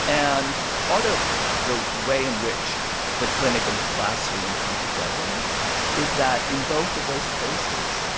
and part of the way in which the clinic and the classroom come together is that in both of those spaces,